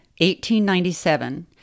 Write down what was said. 1897